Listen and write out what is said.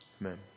Amen